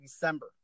December